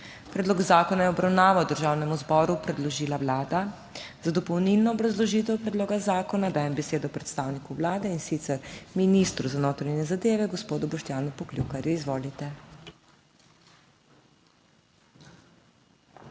Predlog zakona je v obravnavo Državnemu zboru predložila Vlada. Za dopolnilno obrazložitev predloga zakona dajem besedo predstavniku Vlade in sicer ministru za solidarno prihodnost Simonu Maljevcu. Izvolite.